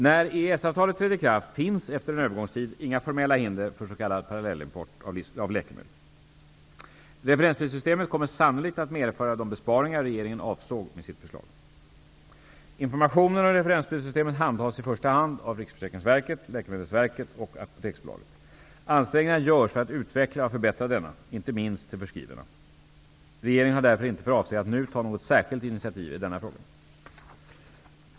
När EES-avtalet träder i kraft finns efter en övergångstid inga formella hinder för s.k. Referensprissystemet kommer sannolikt att medföra de besparingar regeringen avsåg med sitt förslag. Informationen om referensprissystemet handhas i första hand av RFV, Läkemedelsverket och Apoteksbolaget. Ansträngningar görs för att utveckla och förbättra denna, inte minst till förskrivarna. Regeringen har därför inte för avsikt att nu ta något särskilt initiativ i denna fråga.